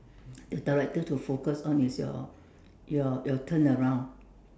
the director to focus on is your your your turnaround